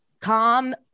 calm